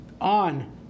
on